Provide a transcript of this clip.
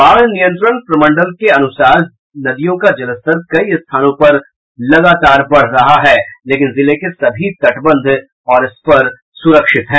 बाढ़ नियंत्रण प्रमंडल के अनुसार नदियों का जलस्तर कई स्थानों पर बढ़ रहा है लेकिन जिले के सभी तटबंध और स्पर सुरक्षित हैं